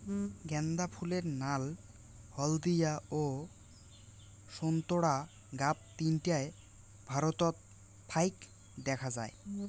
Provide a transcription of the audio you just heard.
গ্যান্দা ফুলের নাল, হলদিয়া ও সোন্তোরা গাব তিনটায় ভারতত ফাইক দ্যাখ্যা যায়